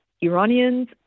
Iranians